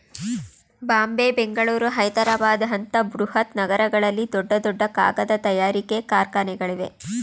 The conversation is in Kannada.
ಬಾಂಬೆ, ಬೆಂಗಳೂರು, ಹೈದ್ರಾಬಾದ್ ಅಂತ ಬೃಹತ್ ನಗರಗಳಲ್ಲಿ ದೊಡ್ಡ ದೊಡ್ಡ ಕಾಗದ ತಯಾರಿಕೆ ಕಾರ್ಖಾನೆಗಳಿವೆ